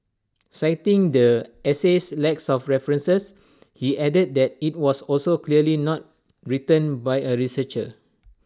citing the essay's lacks of references he added that IT was also clearly not written by A researcher